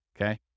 Okay